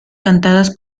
cantadas